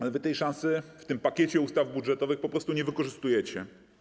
Ale wy tej szansy w tym pakiecie ustaw budżetowych po prostu nie wykorzystujecie.